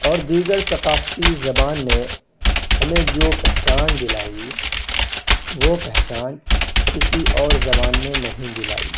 اور دیگر ثقافتی زبان نے ہمیں جو پہچان دلائی وہ پہچان کسی اور زبان نے نہیں دلائی